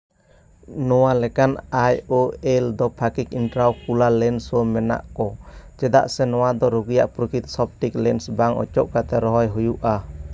ᱱᱚᱣᱟ ᱞᱮᱠᱟᱱ I O L ᱫᱚᱯᱷᱟ ᱤᱱᱴᱨᱟ ᱳᱞᱟ ᱞᱮᱱ ᱥᱳ ᱢᱮᱱᱟᱜ ᱠᱚ ᱪᱮᱫᱟᱜ ᱥᱮ ᱱᱚᱣᱟ ᱫᱚ ᱨᱩᱜᱤᱭᱟᱜ ᱯᱨᱚᱠᱤᱛ ᱥᱚᱯᱷᱴᱤᱠ ᱞᱮᱱᱥ ᱵᱟᱝ ᱚᱪᱚᱜ ᱠᱟᱛᱮᱫ ᱨᱚᱦᱚᱸᱭ ᱦᱩᱭᱩᱜᱼᱟ